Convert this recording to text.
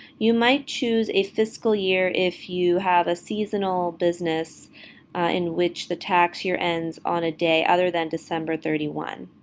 you might choose a fiscal year if you have a seasonal business in which the tax year ends on a day other than december thirty one.